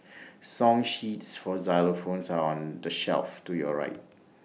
song sheets for xylophones are on the shelf to your right